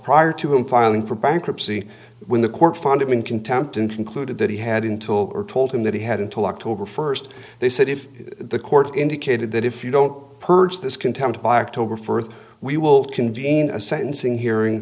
prior to him filing for bankruptcy when the court found him in contempt and concluded that he had until or told him that he had until october first they said if the court indicated that if you don't purge this contempt by october fourth we will convene a sentencing hearing